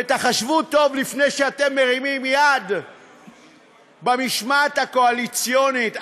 ותחשבו טוב לפני שאתם מרימים יד במשמעת הקואליציונית.